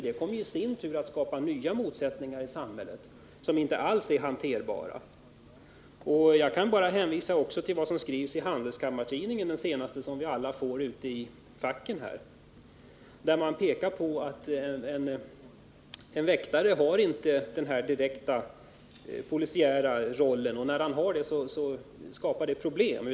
Det skulle skapa nya motsättningar i samhället som inte är hanterbara. Jag kan också hänvisa till vad som skrivs i det senaste numret av Handelskammartidningen, som vi alla får i våra fack. Man pekar på att en väktare inte bör ha en direkt polisiär roll. När han har det, skapar det problem.